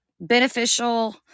beneficial